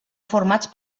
formats